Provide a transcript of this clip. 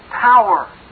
power